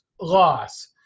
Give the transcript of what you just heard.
loss –